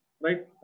Right